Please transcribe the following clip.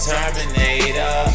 Terminator